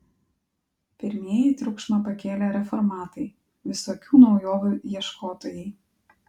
pirmieji triukšmą pakėlė reformatai visokių naujovių ieškotojai